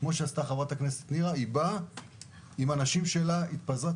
כמו שעשתה חברת הכנסת שפק שהגיעה עם האנשים שלה וראתה.